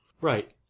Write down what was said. Right